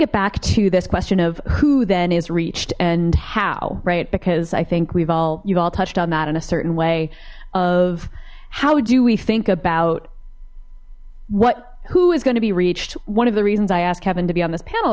get back to this question of who then is reached and how right because i think we've all you've all touched on that in a certain way of how do we think about what who is going to be reached one of the reasons i asked kevin to be on this panel